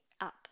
up